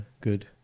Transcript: good